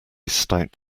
stout